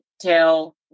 tell